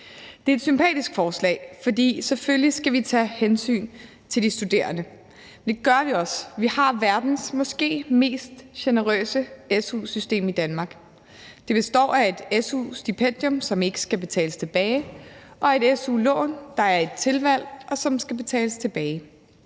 Det er et sympatisk forslag, for selvfølgelig skal vi tage hensyn til de studerende, og det gør vi også. Vi har i Danmark verdens måske mest generøse su-system. Det består af et su-stipendium, som ikke skal betales tilbage, og af et su-lån, der er et tilvalg, og som skal betales tilbage.